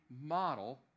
model